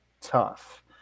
tough